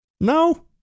No